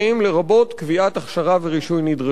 לרבות קביעת הכשרה ורישוי נדרשים.